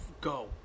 go